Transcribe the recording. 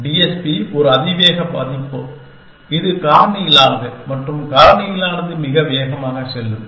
DSP ஒரு அதிவேகமாக பதிப்பு இது காரணியாலானது மற்றும் காரணியாலானது மிக வேகமாக செல்லும்